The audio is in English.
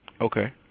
Okay